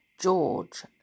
George